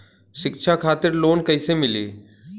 शिक्षा खातिर लोन कैसे मिली?